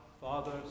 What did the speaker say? Father